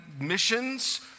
missions